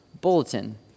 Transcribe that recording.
bulletin